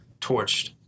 torched